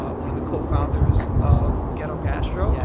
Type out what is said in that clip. one of the cofounders of ghetto gastro, yeah